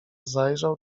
zajrzał